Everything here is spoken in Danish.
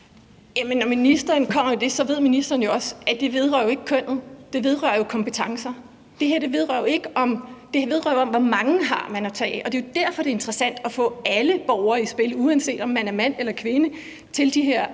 når ministeren kommer med det, ved ministeren jo også, at det ikke vedrører kønnet. Det vedrører kompetencer. Det her vedrører jo, hvor mange man har at tage af, og det er derfor, det er interessant at få alle borgere i spil – uanset om man er mand eller kvinde – til de her